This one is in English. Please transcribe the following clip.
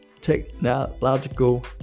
technological